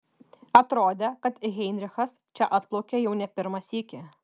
atrodė kad heinrichas čia atplaukia jau ne pirmą sykį